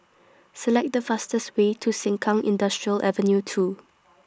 Select The fastest Way to Sengkang Industrial Avenue two